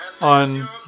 on